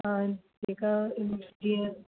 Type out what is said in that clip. हा जेका इअं जीअं